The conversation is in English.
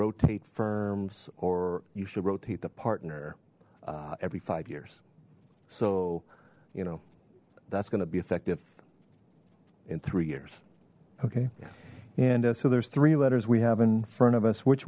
rotate firms or you should rotate the partner every five years so you know that's gonna be effective in three years okay and so there's three letters we have in front of us which